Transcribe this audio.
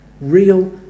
real